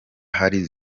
hari